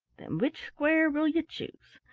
then which square will you choose?